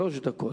שלוש דקות.